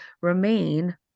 remain